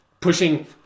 pushing